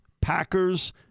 Packers